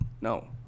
no